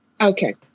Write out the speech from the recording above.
Okay